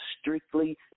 strictly